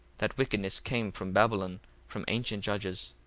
that wickedness came from babylon from ancient judges,